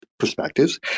perspectives